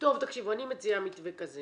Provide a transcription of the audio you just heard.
אני מציעה מתווה כזה